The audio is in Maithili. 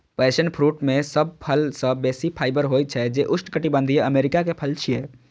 पैशन फ्रूट मे सब फल सं बेसी फाइबर होइ छै, जे उष्णकटिबंधीय अमेरिका के फल छियै